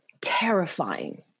terrifying